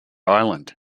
island